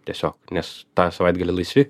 tiesiog nes tą savaitgalį laisvi